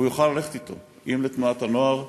והוא יוכל ללכת אתו: אם לתנועת הנוער,